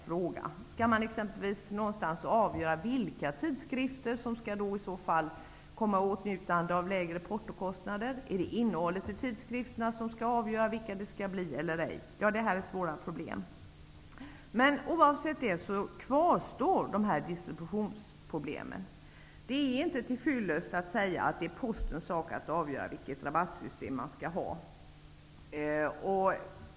Var någonstans skall man exempelvis avgöra vilka tidskrifter som skall komma i åtnjutande av billigare porto? Är det tidskrifternas innehåll som skall vara avgörande för vilka som kommer i fråga? Det här är svåra problemställningar. Oavsett dessa kvarstår distributionsproblemen. Det är inte till fyllest att säga att det är Postens sak att avgöra vilket rabattsystem som skall gälla.